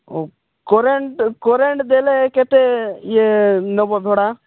current current ଦେଲେ କେତେ ଇଏ ନେବ ଭଡ଼ା